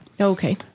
Okay